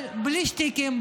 אבל בלי שטיקים,